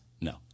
No